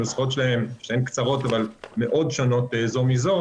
ששתיהן קצרות אבל מאוד שונות זו מזו